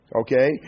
Okay